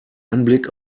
anblick